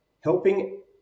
helping